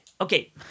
Okay